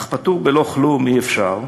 אך פטור בלא כלום אי-אפשר,